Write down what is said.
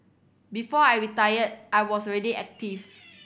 before I retired I was already active